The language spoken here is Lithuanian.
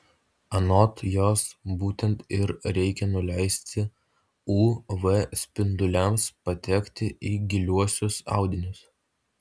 anot jos būtent ir reikia neleisti uv spinduliams patekti į giliuosius audinius